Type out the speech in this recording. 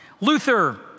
Luther